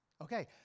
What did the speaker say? Okay